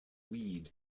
weed